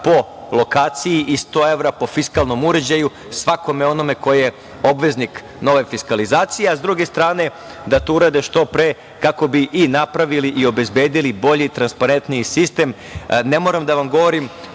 po lokaciji i 100 evra po fiskalnom uređaju svakome onome ko je obveznik nove fiskalizacije, a sa druge strane, da to urade što pre, kako bi napravili i obezbedili bolji i transparentniji sistem. Ne moram da vam govorim